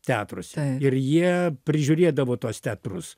teatruose ir jie prižiūrėdavo tuos teatrus